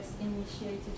initiated